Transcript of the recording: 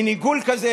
מין עיגול כזה,